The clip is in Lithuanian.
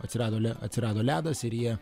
atsirado atsirado ledas ir jie